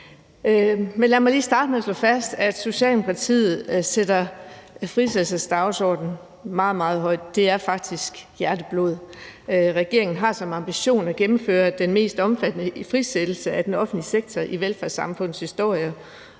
Lad mig lige starte med at slå fast, at Socialdemokratiet sætter frisættelsesdagsordenen meget, meget højt. Det er faktisk hjerteblod. Regeringen har som ambition at gennemføre den mest omfattende frisættelse af den offentlige sektor i velfærdssamfundets historie